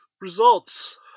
results